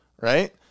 right